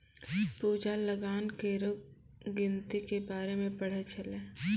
पूजा लगान केरो गिनती के बारे मे पढ़ै छलै